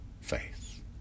faith